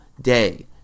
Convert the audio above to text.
day